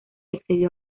accedió